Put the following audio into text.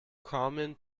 common